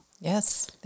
Yes